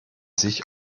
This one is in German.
sich